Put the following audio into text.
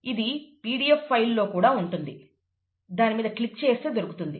ఇది pdf file లో కూడా ఉంటుంది దానిమీద క్లిక్ చేస్తే దొరుకుతుంది